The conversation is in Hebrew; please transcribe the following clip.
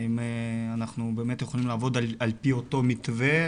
האם אנחנו באמת יכולים לעבוד על פי אותו מתווה?